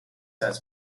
has